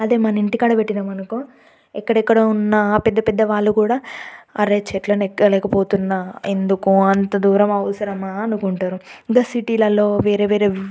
అదే మన ఇంటి కాడ పెట్టినమనుకో ఎక్కడెక్కడో ఉన్న ఆ పెద్దపెద్ద వాళ్లు కూడా అరే చెట్లను ఎక్కలేక పోతున్నా ఎందుకో అంత దూరం అవసరమా అనుకుంటారు ఇంక సిటీలలో వేరే వేరే